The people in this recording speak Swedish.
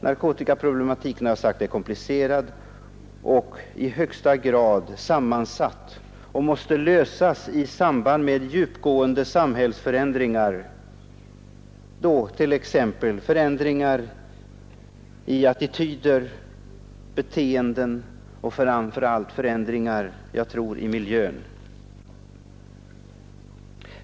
Narkotikaproblematiken är komplicerad och i högsta grad sammansatt, och den måste lösas i samband med djupgående samhällsförändringar — t.ex. förändringar i attityder och beteenden och framför allt, tror jag, förändringar i miljön.